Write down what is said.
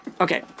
Okay